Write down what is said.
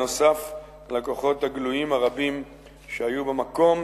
נוסף על הכוחות הגלויים הרבים שהיו במקום.